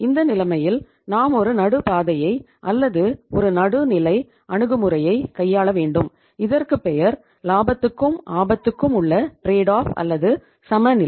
இந்த நிலைமையில் நாம் ஒரு நடுபாதையை அல்லது ஒரு நடுநிலை அணுகுமுறையை கையாள வேண்டும் இதற்குப் பெயர் லாபத்துக்கும் ஆபத்தும் உள்ள ட்ரேட் ஆஃப் அல்லது சமநிலை